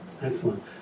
Excellent